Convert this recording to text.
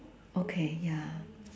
okay ya